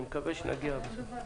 לאה,